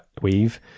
weave